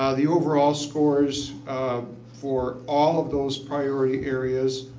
ah the overall scores for all of those priority areas,